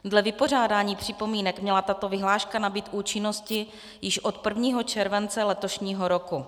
Dle vypořádání připomínek měla tato vyhláška nabýt účinnosti již od 1. července letošního roku.